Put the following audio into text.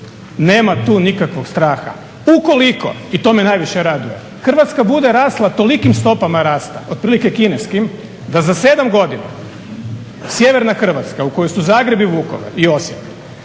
Nema tu nikakvog straha. Ukoliko i to me najviše raduje Hrvatska bude rasla tolikim stopama rasta otprilike kineskim da za 7 godina sjeverna Hrvatska u kojoj su Zagreb i Vukovar i Osijek